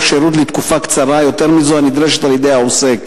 שירות לתקופה קצרה יותר מזו הנדרשת על-ידי העוסק.